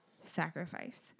sacrifice